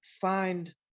find